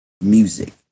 music